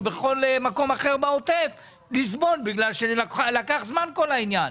בכל מקום אחר בעוטף לסבול בגלל שלקח זמן כל העניין.